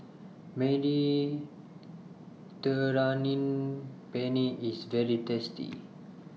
Mediterranean Penne IS very tasty